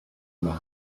email